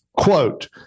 Quote